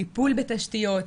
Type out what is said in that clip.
טיפול בתשתיות,